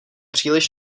příliš